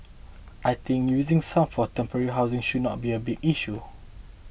I think using some for temporary housing should not be a big issue